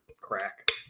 Crack